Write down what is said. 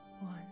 one